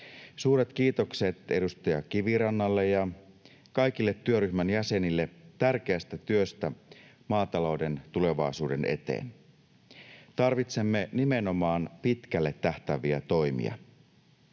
Suuret kiitokset edustaja Kivirannalle ja kaikille työryhmän jäsenille tärkeästä työstä maatalouden tulevaisuuden eteen. Tarvitsemme nimenomaan pitkälle tähtääviä toimia.